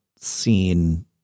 seen